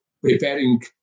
preparing